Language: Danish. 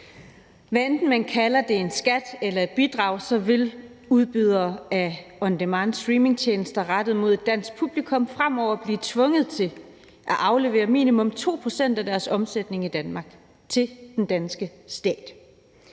Hvad enten man kalder det en skat eller et bidrag, vil udbydere af on demand-streamingtjenester rettet mod et dansk publikum fremover blive tvunget til at aflevere minimum 2 pct. af deres omsætning i Danmark til den danske stat.